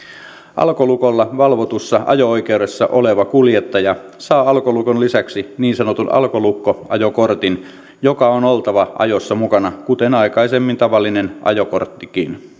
alkolukolla valvotussa ajo oikeudessa oleva kuljettaja saa alkolukon lisäksi niin sanotun alkolukkoajokortin jonka on oltava ajossa mukana kuten aikaisemmin tavallisenkin ajokortin